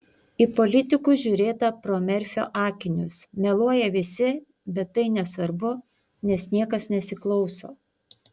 į politikus žiūrėta pro merfio akinius meluoja visi bet tai nesvarbu nes niekas nesiklauso